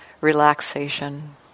relaxation